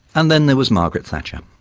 and then there was margaret thatcher.